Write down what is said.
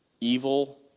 Evil